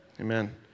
Amen